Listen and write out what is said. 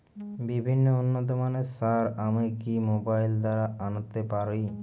বিভিন্ন উন্নতমানের সার আমি কি মোবাইল দ্বারা আনাতে পারি?